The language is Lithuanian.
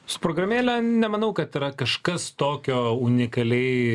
su programėle nemanau kad yra kažkas tokio unikaliai